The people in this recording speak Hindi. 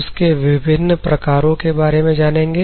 उसके विभिन्न प्रकारों के बारे में जानेंगे